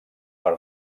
per